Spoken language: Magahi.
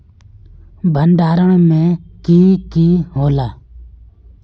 भण्डारण में की की होला?